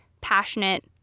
passionate